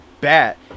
bat